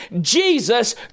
Jesus